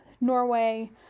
Norway